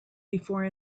before